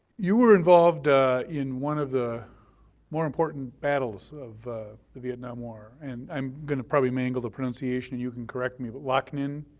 you were involved in one of the more important battles of the vietnam war, and i'm gonna probably mangle the pronunciation and you can correct me, but loc ninh?